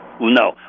No